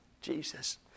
Jesus